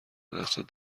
دستت